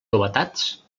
novetats